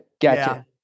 Gotcha